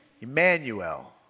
Emmanuel